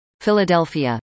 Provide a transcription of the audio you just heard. Philadelphia